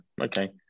okay